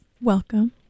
Welcome